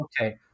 Okay